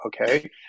okay